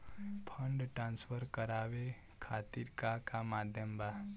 Fund transfer करवाये खातीर का का माध्यम बा?